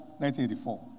1984